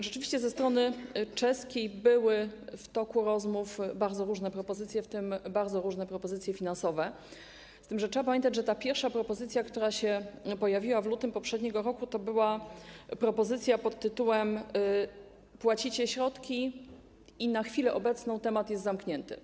Rzeczywiście ze strony czeskiej padały w toku rozmów bardzo różne propozycje, w tym bardzo różne propozycje finansowe, z tym że trzeba pamiętać, że ta pierwsza propozycja, która się pojawiła w lutym poprzedniego roku, to była propozycja pod tytułem: płacicie środki i na chwilę obecną temat jest zamknięty.